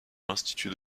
l’institut